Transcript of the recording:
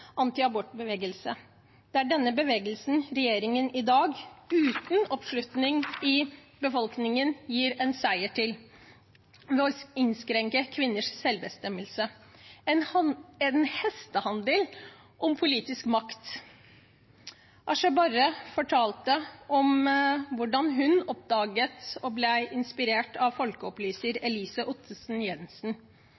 antiabortbevegelse. Det er denne bevegelsen regjeringen i dag – uten oppslutning i befolkningen – gir en seier til ved å innskrenke kvinners selvbestemmelse. En hestehandel om politisk makt. Asha Barre fortalte om hvordan hun oppdaget og ble inspirert av folkeopplyser